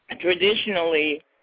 traditionally